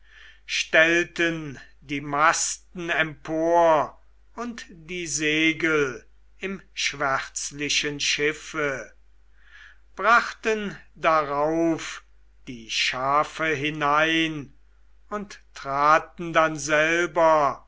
stellten die masten empor und die segel im schwärzlichen schiffe brachten darauf die schafe hinein und traten dann selber